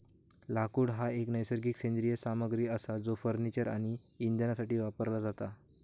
लाकूड हा एक नैसर्गिक सेंद्रिय सामग्री असा जो फर्निचर आणि इंधनासाठी वापरला जाता